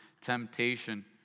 temptation